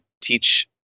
teach